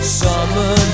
summer